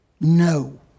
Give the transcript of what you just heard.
No